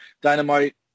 Dynamite